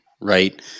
right